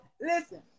Listen